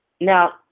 Now